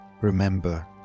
remember